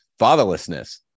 Fatherlessness